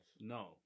No